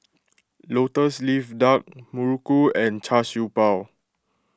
Lotus Leaf Duck Muruku and Char Siew Bao